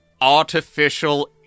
Artificial